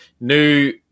new